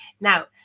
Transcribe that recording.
Now